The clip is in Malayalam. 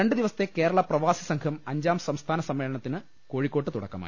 രണ്ടു ദിവസത്തെ കേരള പ്രവാസി സംഘം അഞ്ചാം സംസ്ഥാന സമ്മേളനത്തിന് കോഴിക്കോട് തുടക്കമായി